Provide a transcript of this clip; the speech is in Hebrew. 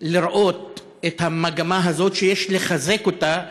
לראות את המגמה הזאת, ויש לחזק אותה,